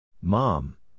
Mom